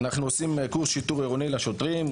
אנחנו עושים קורס שיטור עירוני לשוטרים,